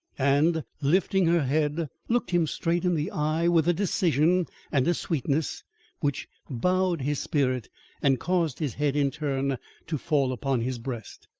and, lifting her head, looked him straight in the eye with a decision and a sweetness which bowed his spirit and caused his head in turn to fall upon his breast.